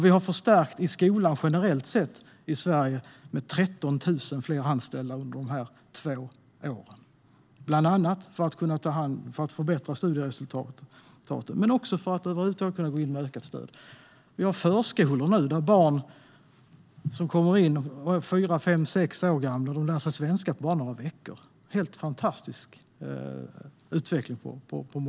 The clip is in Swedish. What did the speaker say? Vi har förstärkt skolan generellt sett i Sverige med 13 000 fler anställda under de här två åren, bland annat för att kunna förbättra studieresultaten men också för att över huvud taget kunna gå in med ökat stöd. Vi har nu förskolor där barn som kommer in och som är fyra, fem, sex år gamla lär sig svenska på bara några veckor. Det är på många håll en helt fantastisk utveckling.